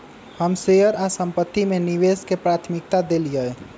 हम शेयर आऽ संपत्ति में निवेश के प्राथमिकता देलीयए